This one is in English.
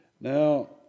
Now